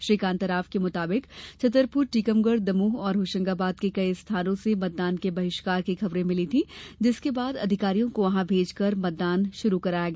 श्री कांताराव के मुताबिक छतरपुर टीकमगढ़ दमोह और होशंगाबाद के कई स्थानों से मतदान के बहिष्कार की खबरें मिलीं थीं जिसके बाद अधिकारियों को वहां भेज कर मतदान शुरु कराया गया